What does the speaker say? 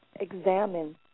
examine